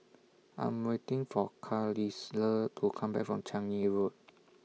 I'm waiting For Carlisle to Come Back from Changi Road